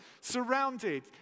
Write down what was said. surrounded